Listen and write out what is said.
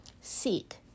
seek